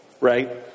right